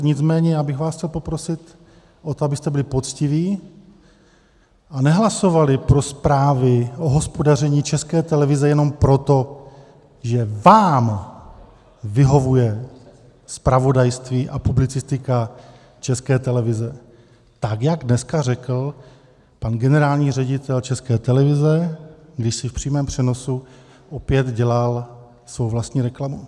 Nicméně já bych vás chtěl poprosit o to, abyste byli poctiví a nehlasovali pro zprávy o hospodaření České televize jenom proto, že vám vyhovuje zpravodajství a publicistika České televize, jak dneska řekl pan generální ředitel České televize, když si v přímém přenosu opět dělal svou vlastní reklamu.